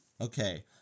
Okay